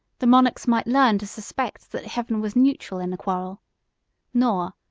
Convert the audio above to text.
the monarchs might learn to suspect that heaven was neutral in the quarrel nor,